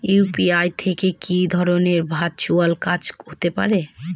UPI থেকে কি ধরণের ভার্চুয়াল কাজ হতে পারে?